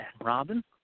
Robin